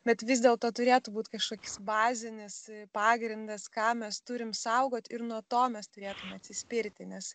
bet vis dėlto turėtų būt kažkoks bazinis pagrindas ką mes turim saugoti ir nuo to mes turėtume atsispirti nes